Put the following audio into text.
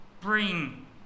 bring